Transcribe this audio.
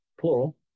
plural